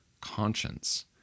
conscience